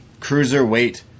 Cruiserweight